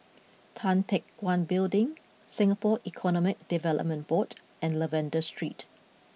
Tan Teck Guan Building Singapore Economic Development Board and Lavender Street